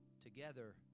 together